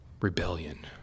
rebellion